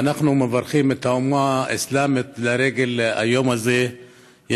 ואנחנו מברכים את האומה האסלאמית לרגל היום הזה,